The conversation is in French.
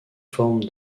forme